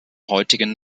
heutigen